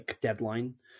deadline